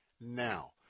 now